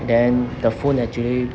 then the phone actually